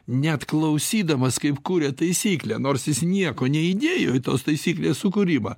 net klausydamas kaip kuria taisyklę nors jis nieko neįdėjo į tos taisyklės sukūrimą